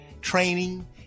training